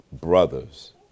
brothers